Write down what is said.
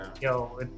Yo